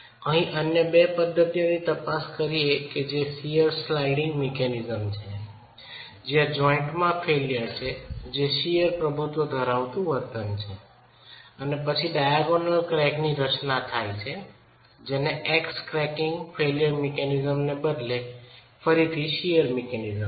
અને પછી અન્ય બે પદ્ધતિઓની તપાસ કરીયે કે જે શીયર સ્લાઇડિંગ મિકેનિઝમ છે જ્યાં જોઇન્ટમાં ફેઇલ્યર છે જે શિઅર પ્રભુત્વ ધરાવતું વર્તન છે અને પછી ડાયાગોનલ ક્રેકની રચના થાય છે કે જે x ક્રેકિંગ ફ્લેક્ચર મિકેનિઝમને બદલે ફરીથી શિઅર મિકેનિઝમ છે